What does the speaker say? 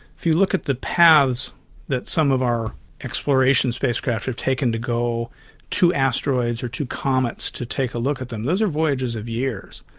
if you look at the paths that some of our exploration spacecraft have taken to go to asteroids or to comets to take a look at them, those are voyages of years.